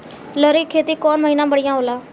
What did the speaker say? लहरी के खेती कौन महीना में बढ़िया होला?